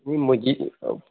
न्ही म्हजी